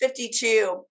52